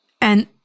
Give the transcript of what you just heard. And-